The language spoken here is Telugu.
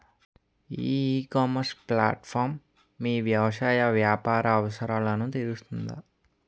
ఈ ఇకామర్స్ ప్లాట్ఫారమ్ మీ వ్యవసాయ వ్యాపార అవసరాలను తీరుస్తుందా?